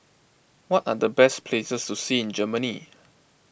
what are the best places to see in Germany